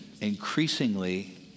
increasingly